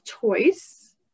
choice